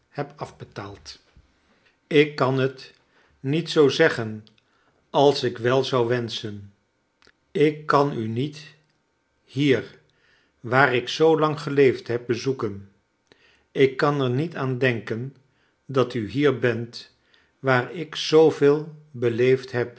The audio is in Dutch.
heb afbetaald ik kan het niet zoo zeggen als ik wel zou wenschen ik kan u niet hier waar ik zoo lang geleefd heb bezoeken ik kan er niet aan denken dat u hier bent waar ik zooveel beleefd heb